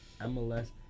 MLS